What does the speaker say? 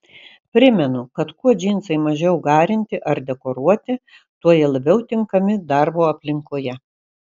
primenu kad kuo džinsai mažiau garinti ar dekoruoti tuo jie labiau tinkami darbo aplinkoje